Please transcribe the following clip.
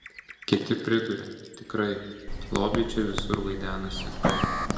kiti priduria tikrai lobiai čia visur vaidenasi